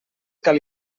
cal